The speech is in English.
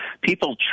people